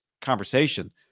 conversation